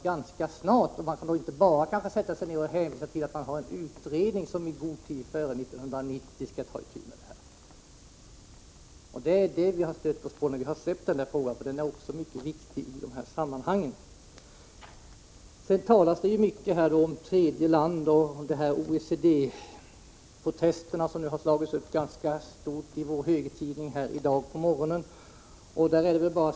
Regeringen kan då inte bara sätta sig ned och hänvisa till att det finns en utredning som i god tid före 1990 skall ta sig an problemet. Det var detta som vi stödde oss på när vi släppte tidsbegränsningskravet, som också är mycket viktigt i dessa sammanhang. Det talas här mycket om tredje land och om OECD:s protester, som i dag på morgonen har slagits upp ganska stort i en högertidning.